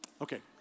okay